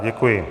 Děkuji.